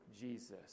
Jesus